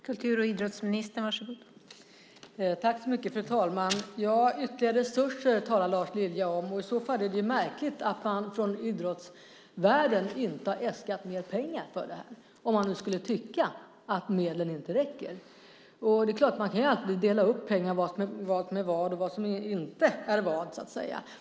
Fru talman! Ytterligare resurser talade Lars Lilja om. I så fall är det märkligt att om man i idrottsvärlden inte tycker att medlen räcker inte har äskat mer pengar för detta. Vi kan alltid dela upp pengar i vad som är vad och vad som inte är vad.